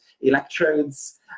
electrodes